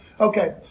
Okay